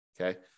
Okay